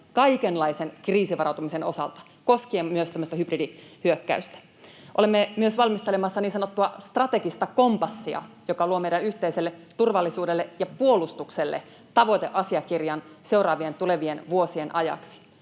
kaikenlaisen kriisivarautumisen osalta koskien myös tämmöistä hybridihyökkäystä. Olemme myös valmistelemassa niin sanottua strategista kompassia, joka luo meidän yhteiselle turvallisuudelle ja puolustukselle tavoiteasiakirjan seuraavien tulevien vuosien ajaksi.